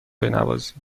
بنوازی